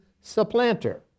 supplanter